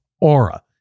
Aura